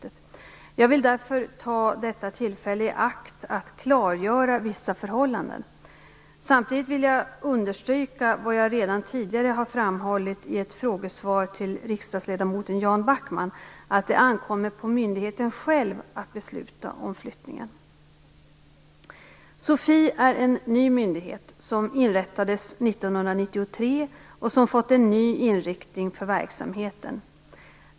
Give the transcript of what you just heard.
Jag vill därför ta detta tillfälle i akt att klargöra vissa förhållanden. Samtidigt vill jag understryka vad jag redan tidigare framhållit i ett frågesvar till riksdagsledamoten Jan Backman, att det ankommer på myndigheten själv att besluta om flyttningen. och som fått en ny inriktning för verksamheten.